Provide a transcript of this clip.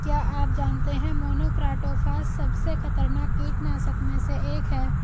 क्या आप जानते है मोनोक्रोटोफॉस सबसे खतरनाक कीटनाशक में से एक है?